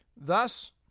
Thus